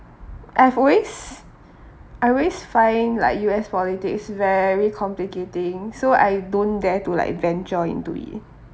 I've always I've always find like U_S politics very complicating so I don't dare to like venture into it